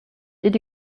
did